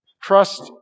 Trust